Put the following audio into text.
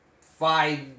five